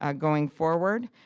ah going forward.